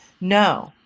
No